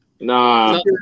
Nah